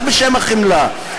רק בשם החמלה.